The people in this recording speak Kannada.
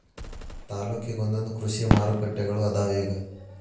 ತಾಲ್ಲೂಕಿಗೊಂದೊಂದ ಕೃಷಿ ಮಾರುಕಟ್ಟೆಗಳು ಅದಾವ ಇಗ